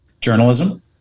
Journalism